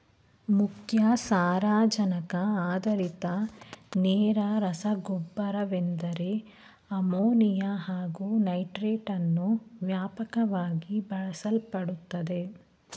ಮುಖ್ಯ ಸಾರಜನಕ ಆಧಾರಿತ ನೇರ ರಸಗೊಬ್ಬರವೆಂದರೆ ಅಮೋನಿಯಾ ಹಾಗು ನೈಟ್ರೇಟನ್ನು ವ್ಯಾಪಕವಾಗಿ ಬಳಸಲ್ಪಡುತ್ತದೆ